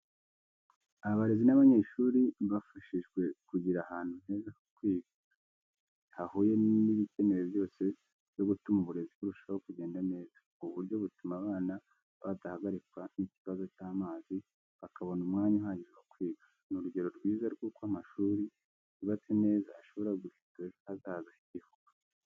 Abarezi n’abanyeshuri bafashijwe kugira ahantu heza ho kwiga, hahuye n’ibikenewe byose byo gutuma uburezi burushaho kugenda neza. Ubu buryo butuma abana badahagarikwa n’ikibazo cy’amazi, bakabona umwanya uhagije wo kwiga neza. Ni urugero rwiza rw’uko amashuri yubatse neza ashobora guhindura ejo hazaza h’igihugu.